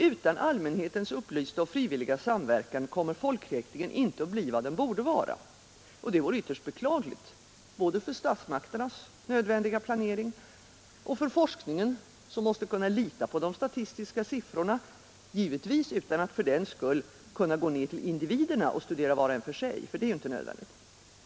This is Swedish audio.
Utan allmänhetens upplysta och frivilliga samverkan kommer folkräkningen inte att bli vad den borde vara, och det vore ytterst beklagligt både för statsmakternas nödvändiga planering och för forskningen, som måste kunna lita på de statistiska siffrorna — givetvis utan att fördenskull kunna gå ned till individerna och studera var och en för sig, för det är inte nödvändigt.